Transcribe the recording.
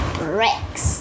bricks